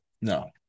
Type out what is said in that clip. No